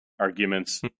arguments